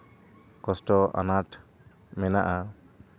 ᱠᱚᱥᱴᱚ ᱟᱱᱟᱴ ᱢᱮᱱᱟᱜᱼᱟ